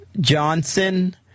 Johnson